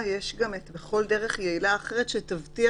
כדאי לאפשר כניסה לתוקף לפני